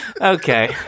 Okay